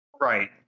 right